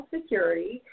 Security